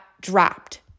dropped